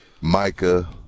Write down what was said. Micah